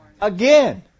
again